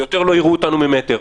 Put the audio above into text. ויותר לא יראו אותנו מטר.